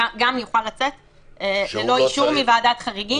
איפה הם מבצעים את הבדיקה שלהם?